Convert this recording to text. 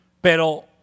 Pero